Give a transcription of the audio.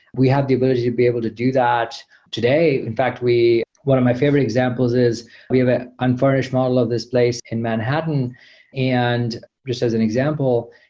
we have the ability to be able to do that today. in fact, one of my favorite examples is we have an unfurnished model of this place in manhattan and just as an example.